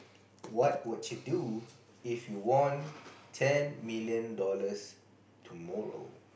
what would you do if you won ten million dollars tomorrow